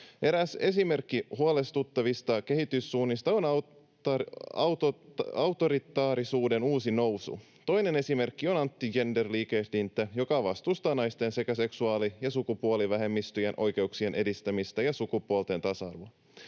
Eräs esimerkki huolestuttavista kehityssuunnista on autoritaarisuuden uusi nousu. Toinen esimerkki on anti-gender-liikehdintä, joka vastustaa naisten sekä seksuaali- ja sukupuolivähemmistöjen oikeuksien edistämistä ja sukupuolten tasa-arvoa.